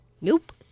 Nope